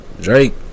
Drake